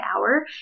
hour